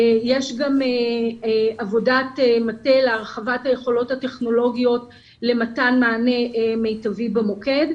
יש גם עבודת מטה להרחבת היכולות הטכנולוגיות למתן מענה מיטבי במוקד.